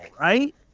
right